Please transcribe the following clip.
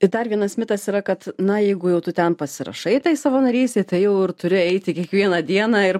i dar vienas mitas yra kad na jeigu jau tu ten pasirašai tai savanorystei tai jau ir turi eiti kiekvieną dieną ir